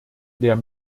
der